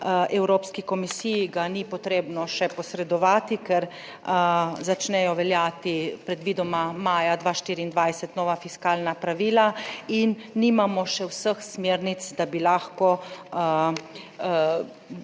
Evropski komisiji ga ni potrebno še posredovati, ker začnejo veljati predvidoma maja 2024 nova fiskalna pravila in nimamo še vseh smernic, da bi lahko, bom